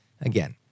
Again